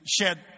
shed